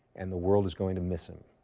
and the world is going to miss him.